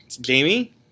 Jamie